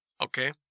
Okay